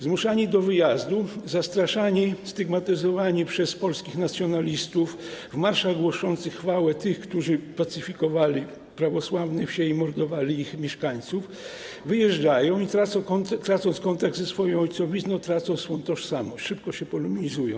Zmuszani do wyjazdu, zastraszani, stygmatyzowani przez polskich nacjonalistów w marszach głoszących chwałę tych, którzy pacyfikowali prawosławne wsie i mordowali ich mieszkańców, wyjeżdżają i tracąc kontakt ze swoją ojcowizną, tracą swą tożsamość, szybko się polonizują.